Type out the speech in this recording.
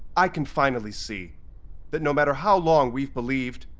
i can finally see that no matter how long we've believed,